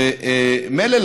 שמילא,